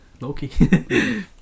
Loki